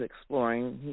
exploring